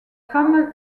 femme